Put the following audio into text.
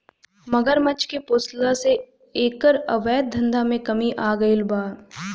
मगरमच्छ के पोसला से एकर अवैध धंधा में कमी आगईल बा